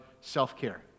self-care